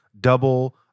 double